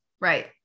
Right